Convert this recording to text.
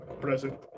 present